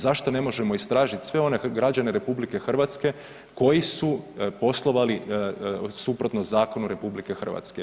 Zašto ne možemo istražit sve one građane RH koji su poslovali suprotno zakonu RH?